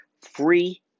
free